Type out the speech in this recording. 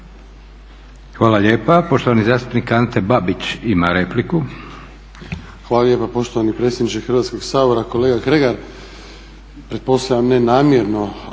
Hvala lijepa. Poštovani zastupnik Ante Babić ima repliku. **Babić, Ante (HDZ)** Hvala lijepa poštovani predsjedniče Hrvatskoga sabora. Kolega Kregar,